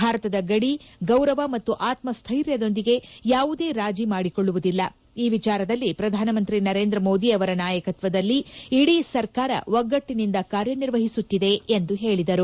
ಭಾರತದ ಗಡಿ ಗೌರವ ಮತ್ತು ಆತ್ಮಸ್ಥೈರ್ಯದೊಂದಿಗೆ ಯಾವುದೇ ರಾಜಿ ಮಾಡಿಕೊಳ್ಳುವುದಿಲ್ಲ ಈ ವಿಚಾರದಲ್ಲಿ ಪ್ರಧಾನಮಂತ್ರಿ ನರೇಂದ ಮೋದಿ ಅವರ ನಾಯಕತ್ನದಲ್ಲಿ ಇಡೀ ಸರ್ಕಾರ ಒಗ್ಗಟ್ಟಿನಿಂದ ಕಾರ್ಯನಿರ್ವಹಿಸುತ್ತಿದೆ ಎಂದು ಹೇಳಿದರು